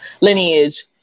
lineage